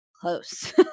close